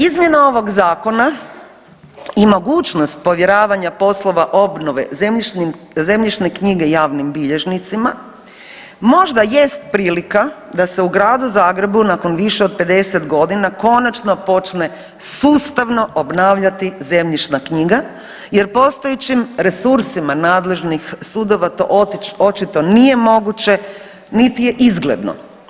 Izmjena ovog zakona i mogućnost povjeravanja poslova obnove zemljišne knjige javnim bilježnicima možda jest prilika da se u Gradu Zagrebu nakon više od 50 godina konačno počne sustavno obnavljati zemljišna knjiga jer postojećim resursima nadležnih sudova to očito nije moguće niti je izgledno.